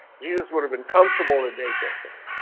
jesus would have been comfortable in daycare center